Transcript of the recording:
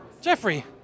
Jeffrey